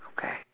okay